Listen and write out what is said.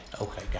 okay